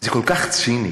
זה כל כך ציני,